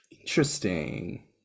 interesting